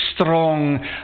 strong